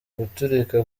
guturika